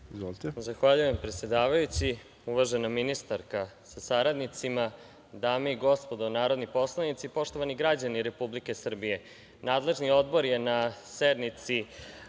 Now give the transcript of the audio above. Zahvaljujem predsedavajući. Uvažena ministarka sa saradnicima, dame i gospodo narodni poslanici, poštovani građani Republike Srbije, nadležni odbor je na sednici